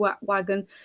wagon